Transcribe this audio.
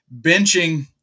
benching